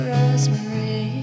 Rosemary